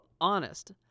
honest